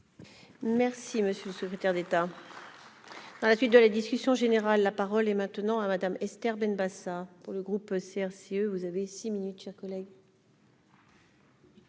Merci monsieur le secrétaire d'État. à la suite de la discussion générale, la parole est maintenant à Madame, Esther Benbassa pour le groupe CRCE, vous avez 6 minutes chers collègues.